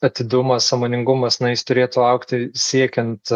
atidumas sąmoningumas na jis turėtų augti siekiant